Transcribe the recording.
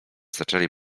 zaczęli